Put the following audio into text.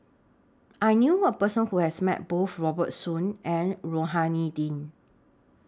I knew A Person Who has Met Both Robert Soon and Rohani Din